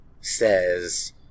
says